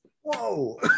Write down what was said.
Whoa